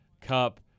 Cup